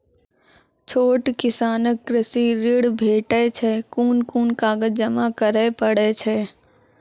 छोट किसानक कृषि ॠण भेटै छै? कून कून कागज जमा करे पड़े छै?